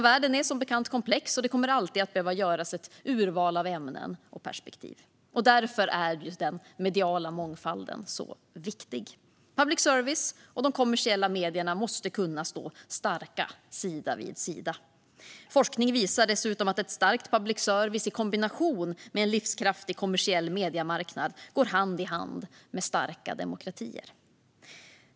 Världen är som bekant komplex, och det kommer alltid att behöva göras ett urval av ämnen och perspektiv. Därför är den mediala mångfalden så viktig. Public service och de kommersiella medierna måste kunna stå starka sida vid sida. Forskning visar dessutom att en stark public service i kombination med en livskraftig kommersiell mediemarknad går hand i hand med starka demokratier.